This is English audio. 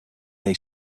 they